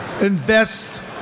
invest